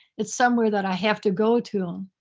it's somewhere that i have to go to them.